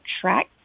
track